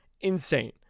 insane